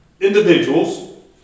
individuals